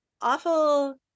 awful